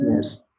yes